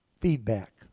feedback